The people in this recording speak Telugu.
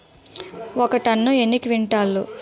ఒక టన్ను ఎన్ని క్వింటాల్లు?